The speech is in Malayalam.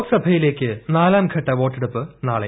ലോക്സഭയിലേക്ക് നാലാംഘട്ട വോട്ടെടുപ്പ് നാളെ